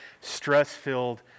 stress-filled